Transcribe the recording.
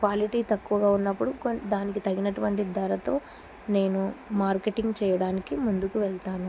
quality తక్కువగా ఉన్నప్పుడు కొ దానికి తగినటువంటి ధరతో నేను మార్కెటింగ్ చెయ్యడానికి ముందుకు వెళ్తాను